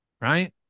Right